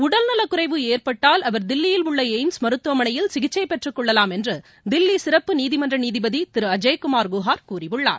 உடல்நலக்குறைவு ஏற்பட்டால் அவர் தில்லியில் உள்ள எயிம்ஸ் மருத்துவமனையில் சிகிச்சை பெற்றுக்கொள்ளவாம் என்று தில்லி சிறப்பு நீதிமன்ற நீதிபதி திரு அஜய்குமார் குஹார் கூறியுள்ளார்